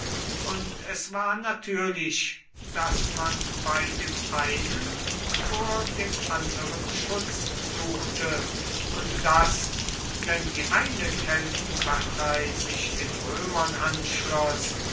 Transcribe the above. und es war natürlich daß man bei dem einen vor dem anderen schutz suchte und daß wenn die eine keltenpartei sich den römern anschloß